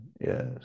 Yes